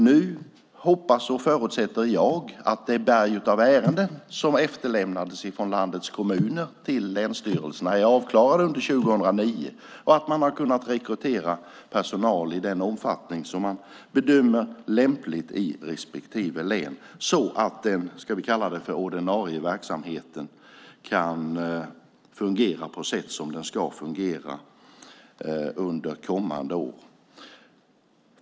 Nu hoppas och förutsätter jag att de ärenden som efterlämnades från landets kommuner till länsstyrelserna är avklarade under 2009 och att man har kunnat rekrytera personal i den omfattning som man bedömer är lämplig i respektive län så att den, ska vi kalla det, ordinarie verksamheten fungerar på det sätt som den ska fungera under kommande år.